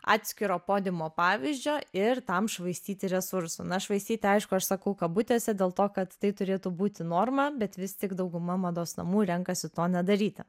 atskiro podiumo pavyzdžio ir tam švaistyti resursų na švaistyti aišku aš sakau kabutėse dėl to kad tai turėtų būti norma bet vis tik dauguma mados namų renkasi to nedaryti